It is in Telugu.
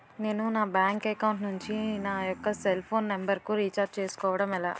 నేను నా బ్యాంక్ అకౌంట్ నుంచి నా యెక్క సెల్ ఫోన్ నంబర్ కు రీఛార్జ్ చేసుకోవడం ఎలా?